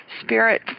spirit